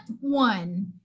one